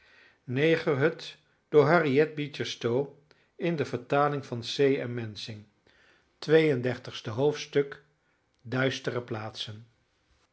twee en dertigste hoofdstuk duistere plaatsen